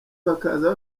bakaza